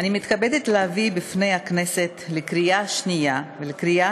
אני מתכבדת להביא בפני הכנסת לקריאה השנייה ולקריאה